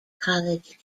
college